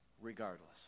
Regardless